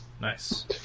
Nice